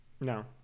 No